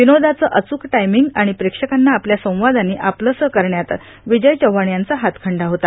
विनोदाचं अचूक टायमिंग आणि प्रेक्षकांना आपल्या संवादांनी आपलंसं करण्यात विजय चव्हाण यांचा हातखंडा होता